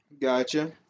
Gotcha